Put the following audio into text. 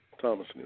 Thomas